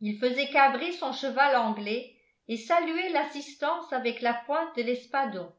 il faisait cabrer son cheval anglais et saluait l'assistance avec la pointe de l'espadon